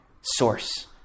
source